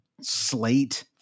slate